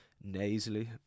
nasally